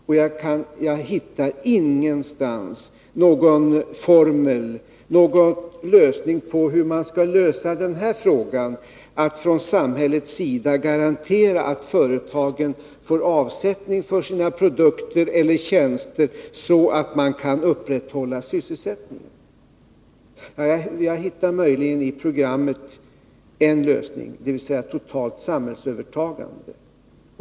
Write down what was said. Jag hittar ingenstans någon formel för hur man skall lösa frågan, att från samhällets sida garantera att företagen får avsättning för sina produkter och tjänster så att man kan upprätthålla sysselsättningen. Jag hittar möjligen i programmet en lösning, dvs. totalt samhällsövertagande.